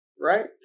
right